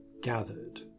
gathered